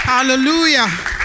Hallelujah